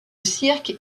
cirque